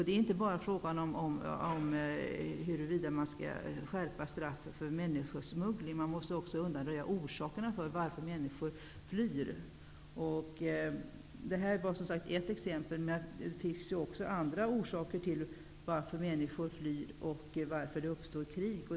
Det är inte bara en fråga huruvida man skall skärpa straffet för människosmuggling, utan man måste också undanröja orsakerna till att människor flyr. Detta var bara ett exempel. Det finns också andra orsaker till att människor flyr och till att det uppstår krig.